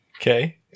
Okay